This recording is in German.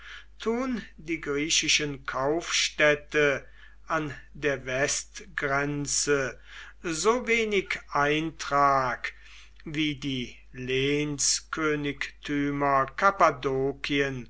tun die griechischen kaufstädte an der westgrenze so wenig eintrag wie die